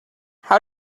how